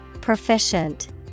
Proficient